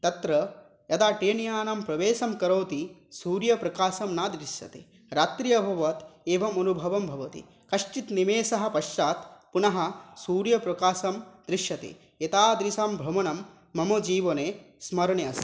तत्र यदा टेन्यानं प्रवेशं करोति सूर्यप्रकाशः न दृश्यते रात्रिः अभवत् एवमनुभवः भवति कश्चित् निमेषः पश्चात् पुनः सूर्यप्रकाशः दृश्यते एतादृशं भ्रमणं मम जीवने स्मरणे अस्ति